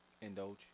indulge